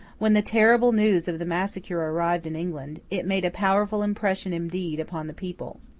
when the terrible news of the massacre arrived in england, it made a powerful impression indeed upon the people.